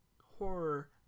horror